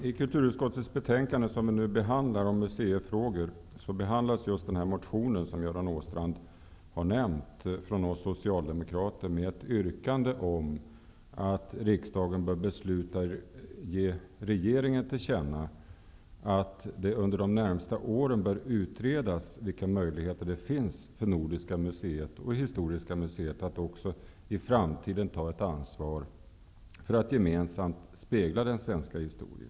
I kulturutskottets betänkande KrU2 om museifrågor behandlas just den motion från oss socialdemokrater som Göran Åstrand har nämnt med ett yrkande om att riksdagen bör besluta att ge regeringen till känna att det under de närmaste åren bör utredas vilka möjligheter som finns för Nordiska museet och Historiska museet att också i framtiden ta ett ansvar för att gemensamt spegla den svenska historien.